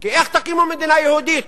כי איך תקימו מדינה יהודית